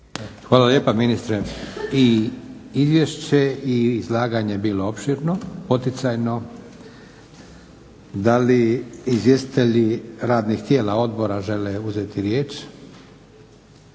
Hvala lijepa ministre. I izvješće i izlaganje je bilo opširno, poticajno. Da li izvjestitelji odbora žele uzeti riječ?